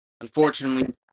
Unfortunately